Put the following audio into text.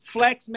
Flex